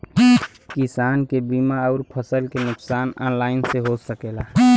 किसान के बीमा अउर फसल के नुकसान ऑनलाइन से हो सकेला?